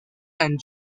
and